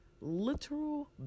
Literal